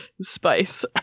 spice